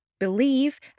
believe